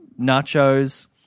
nachos